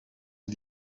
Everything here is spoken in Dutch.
die